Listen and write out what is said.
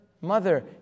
mother